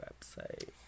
website